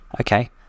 Okay